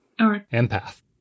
Empath